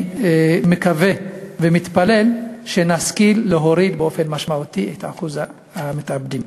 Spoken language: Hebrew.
ואני מקווה ומתפלל שנשכיל להוריד באופן משמעותי את אחוז המתאבדים.